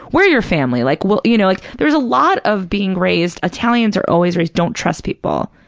we're your family. like, well, you know, like there's a lot of being raised, italians are always raised, don't trust people,